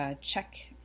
check